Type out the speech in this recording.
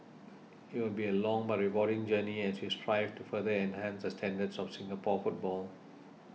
it will be a long but rewarding journey as we strive to further enhance the standards of Singapore football